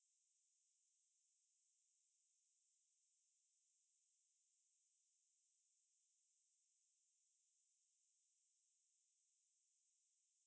the child gets have abducted because someone the like the the corrupt officials involved who shot err denzel washington down and the